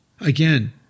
Again